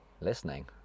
listening